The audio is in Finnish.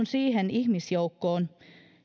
siihen ihmisjoukkoon